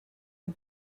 the